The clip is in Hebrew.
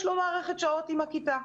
יש לו מערכת שעות עם הכיתה.